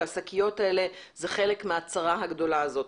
והשקיות האלה הן חלק מן הצרה הגדולה הזאת.